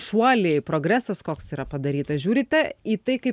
šuoliai progresas koks yra padarytas žiūrite į tai kaip